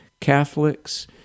Catholics